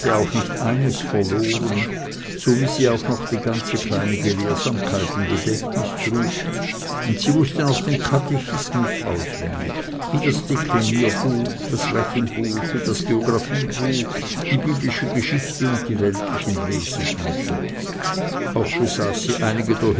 auch nicht eines verloren so wie sie auch noch die ganze kleine gelehrsamkeit im gedächtnis trug und sie wußte noch den katechismus auswendig wie das deklinierbuch das rechenbuch wie das geographiebuch die biblische geschichte und die weltlichen lesebücher auch besaß sie einige der